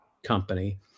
company